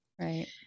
Right